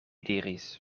diris